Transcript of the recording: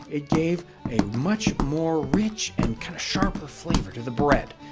it gave a much more rich and kind of sharper flavor to the bread,